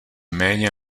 méně